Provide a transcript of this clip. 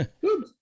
Good